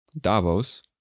Davos